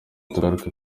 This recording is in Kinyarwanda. tugaruke